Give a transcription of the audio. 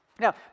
Now